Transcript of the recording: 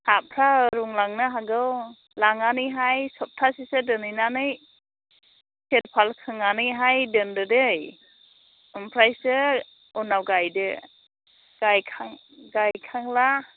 हाफ्रा रुंलांनो हागौ लांनानैहाय सप्तासेसो दोनहैनानै ट्रेपाल खोंनानैहाय दोनदो दै ओमफायसो उनाव गायदो गायखांब्ला